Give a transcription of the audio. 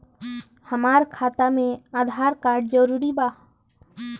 हमार खाता में आधार कार्ड जरूरी बा?